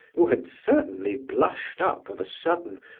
who had certainly blushed up, of a sudden,